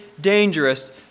dangerous